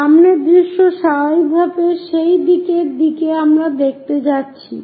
সামনের দৃশ্য স্বাভাবিকভাবেই সেই দিকের দিকে আমরা দেখতে যাচ্ছি